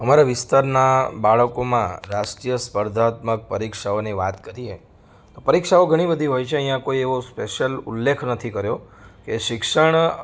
અમારા વિસ્તારનાં બાળકોમાં રાષ્ટ્રીય સ્પર્ધાત્મક પરીક્ષાઓની વાત કરીએ તો પરીક્ષાઓ ઘણી બધી હોય છે અહીંયા કોઈ એવો સ્પેશિયલ ઉલ્લેખ નથી કર્યો કે શિક્ષણ